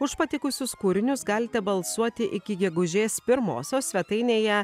už patikusius kūrinius galite balsuoti iki gegužės pirmosios svetainėje